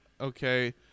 okay